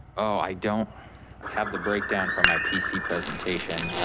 oh, i don't have the breakdown for my pc presentation,